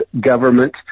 government